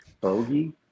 bogey